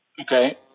Okay